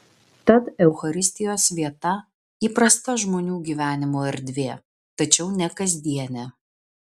tad eucharistijos vieta įprasta žmonių gyvenimo erdvė tačiau ne kasdienė